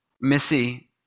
Missy